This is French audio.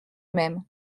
même